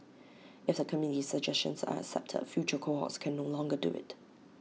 if the committee's suggestions are accepted future cohorts can no longer do IT